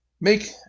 make